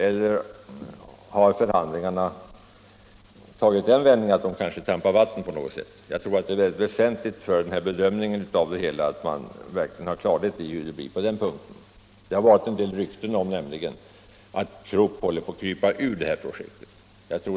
Eller har förhandlingarna tagit den vändningen att man trampar vatten på något sätt? Det är mycket väsentligt för vår bedömning att verkligen ha klarhet på den punkten. Det har nämligen varit en del rykten om att Krupp håller på att krypa ur detta projekt.